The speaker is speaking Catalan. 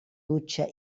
dutxa